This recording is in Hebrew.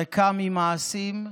ריקה ממעשים,